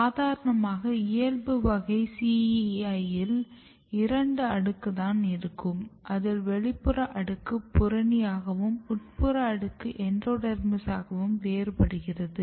சாதாரணமாக இயல்பு வகை CEI யில் இரண்டு அடுக்கு தான் இருக்கும் அதில் வெளிப்புற அடுக்கு புறணி ஆகவும் உட்புற அடுக்கு எண்டோடெர்மிஸ் ஆகவும் வேறுபடுகிறது